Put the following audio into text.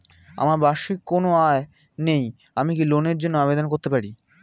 আমার বার্ষিক কোন আয় নেই আমি কি লোনের জন্য আবেদন করতে পারি?